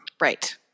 Right